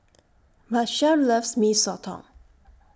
Machelle loves Mee Soto